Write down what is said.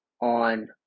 on